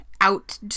out